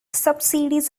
subsidies